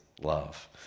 love